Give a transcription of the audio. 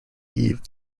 eve